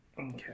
Okay